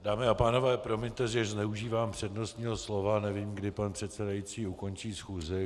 Dámy a pánové, promiňte, že zneužívám přednostního slova, nevím, kdy pan předsedající ukončí schůzi.